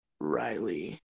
Riley